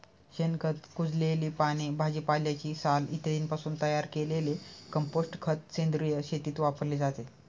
शेणखत, कुजलेली पाने, भाजीपाल्याची साल इत्यादींपासून तयार केलेले कंपोस्ट खत सेंद्रिय शेतीत वापरले जाते